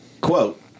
quote